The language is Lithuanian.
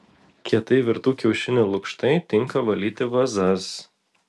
kietai virtų kiaušinių lukštai tinka valyti vazas